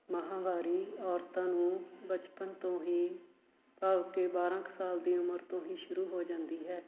ਮਹਾਂਵਾਰੀ ਔਰਤਾਂ ਨੂੰ ਬਚਪਨ ਤੋਂ ਹੀ ਭਾਵ ਕਿ ਬਾਰ੍ਹਾਂ ਕੁ ਸਾਲ ਦੀ ਉਮਰ ਤੋਂ ਹੀ ਸ਼ੁਰੂ ਹੋ ਜਾਂਦੀ ਹੈ